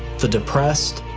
the depressed,